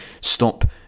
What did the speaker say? Stop